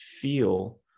feel